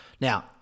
Now